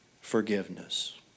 forgiveness